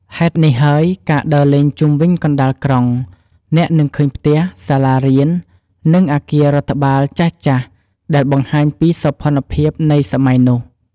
ហេតុនេះហើយ ការដើរលេងជុំវិញកណ្តាលក្រុង អ្នកនឹងឃើញផ្ទះ សាលារៀន និងអាគាររដ្ឋបាលចាស់ៗដែលបង្ហាញពីសោភ័ណភាពនៃសម័យនោះ។